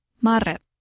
Maret